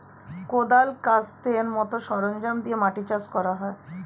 কোদাল, কাস্তের মত সরঞ্জাম দিয়ে মাটি চাষ করা হয়